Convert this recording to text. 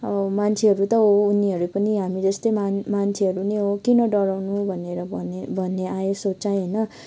अब मान्छेहरू त हो उनीहरू पनि हामी जस्तै मान् मान्छेहरू नै हो किन डराउनु भनेर भने भन्ने आयो सोचाई होइन